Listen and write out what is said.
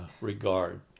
regard